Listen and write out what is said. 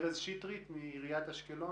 שטרית, בבקשה,